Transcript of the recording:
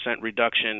reduction